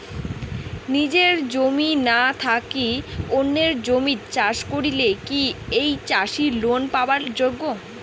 নিজের জমি না থাকি অন্যের জমিত চাষ করিলে কি ঐ চাষী লোন পাবার যোগ্য?